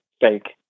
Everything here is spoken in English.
fake